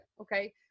okay